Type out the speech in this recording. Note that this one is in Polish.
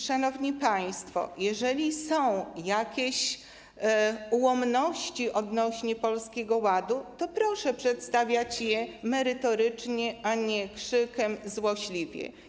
Szanowni państwo, jeżeli są jakieś ułomności odnośnie do Polskiego Ładu, to proszę przedstawiać je merytorycznie, a nie krzykiem, złośliwie.